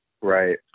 Right